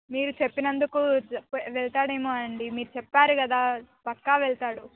మీరు చెప్పినందుకు వెళ్తాడేమో అండి మీరు చెప్పారు కదా పక్కా వెళ్తాడు